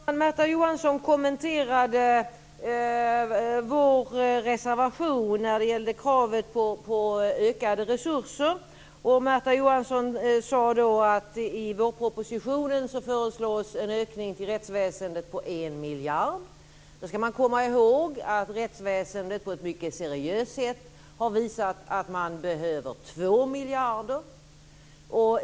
Fru talman! Märta Johansson kommenterade vår reservation när det gällde kravet på ökade resurser. Märta Johansson sade att det i vårpropositionen föreslås en ökning till rättsväsendet på en miljard. Man ska komma ihåg att rättsväsendet på ett mycket seriöst sätt har visat att man behöver två miljarder.